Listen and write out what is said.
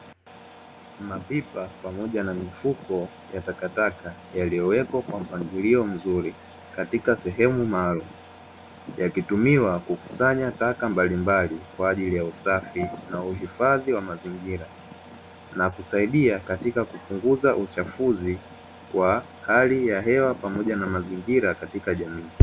Mapipa pamoja na mifuko ya takataka yaliyowekwa kwa mpangilio mzuri katika sehemu maalumu, yakitumiwa kukusanya taka mbalimbali kwa ajili ya usafi na uhifadhi wa mazingira, na kusaidia katika kupunguza uchafuzi wa hali ya hewa pamoja na mazingira katika jamii.